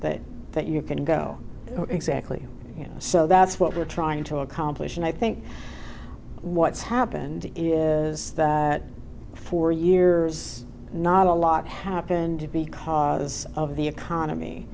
that that you can go exactly you know so that's what we're trying to accomplish and i think what's happened is that for years not a lot happened because of the economy